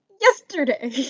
yesterday